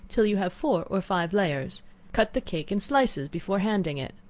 till you have four or five layers cut the cake in slices before handing it.